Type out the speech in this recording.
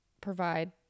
provide